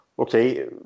Okay